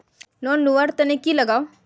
Loan लुवा र तने की लगाव?